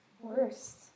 Worst